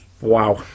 Wow